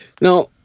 Now